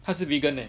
她是 vegan eh